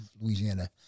Louisiana